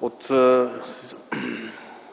от